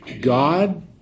God